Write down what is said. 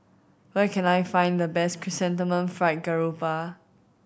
where can I find the best Chrysanthemum Fried Garoupa